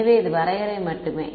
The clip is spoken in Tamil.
எனவே இது வரையறை மட்டுமே